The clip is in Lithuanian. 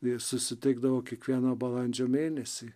jie susitikdavo kiekvieną balandžio mėnesį